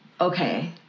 Okay